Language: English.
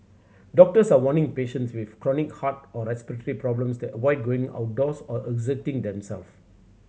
doctors are warning patients with chronic heart or respiratory problems to avoid going outdoors or exerting themselves